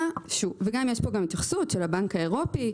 יש פה גם התייחסות של הבנק האירופי,